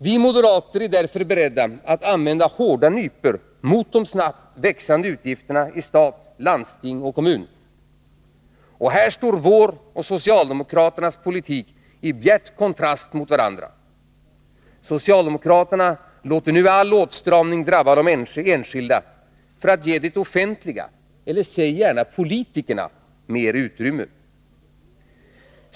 Vi moderater är därför beredda att använda hårda nypor mot de snabbt växande utgifterna i stat, landsting och kommun. Och här står vår och socialdemokraternas politik i bjärt kontrast mot varandra. Socialdemokraterna låter nu all åtstramning drabba de enskilda, för att ge det offentliga — säg gärna politikerna — mer utrymme.